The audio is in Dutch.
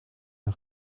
een